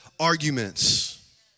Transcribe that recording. Arguments